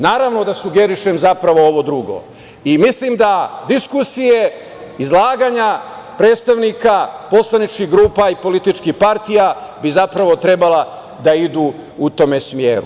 Naravno da sugerišem zapravo ovo drugo i mislim da diskusije, izlaganja predstavnika poslaničkih grupa i političkih partija bi zapravo trebala da idu u tom smeru.